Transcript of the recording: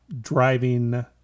driving